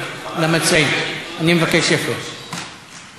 ואנחנו נמצאים במציאות מאוד מדאיגה: